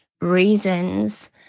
reasons